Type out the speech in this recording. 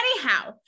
Anyhow